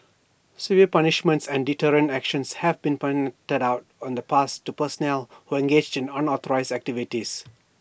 severe punishments and deterrent actions have been out in the past to personnel who engaged in unauthorised activities